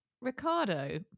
Ricardo